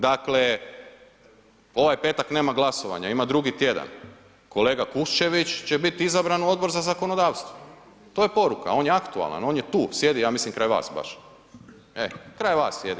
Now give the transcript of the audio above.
Dakle, ovaj petak nema glasovanja, ima drugi tjedan, kolega Kuščević će biti izabran u Odbor za zakonodavstvo, to je poruka, on je aktualan, on je tu, sjedi ja mislim kraj vas baš, kraj vas sjedi.